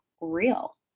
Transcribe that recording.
real